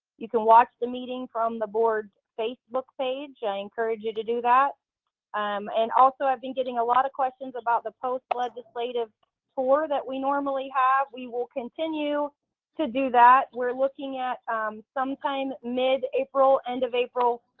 you can watch the meeting from the board's facebook page. i encourage you to do that. umm and also i've been getting a lot of questions about the post legislative tour that we normally have. we will continue to do that. we're looking at sometime mid-april, end of april.